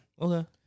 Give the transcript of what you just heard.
Okay